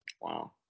Wow